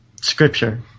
Scripture